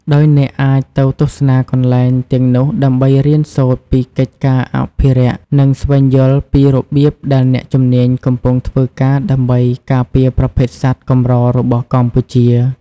ដោយអ្នកអាចទៅទស្សនាកន្លែងទាំងនោះដើម្បីរៀនសូត្រពីកិច្ចការអភិរក្ស និងស្វែងយល់ពីរបៀបដែលអ្នកជំនាញកំពុងធ្វើការដើម្បីការពារប្រភេទសត្វកម្ររបស់កម្ពុជា។